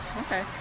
okay